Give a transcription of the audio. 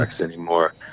anymore